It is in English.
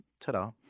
Ta-da